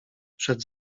przed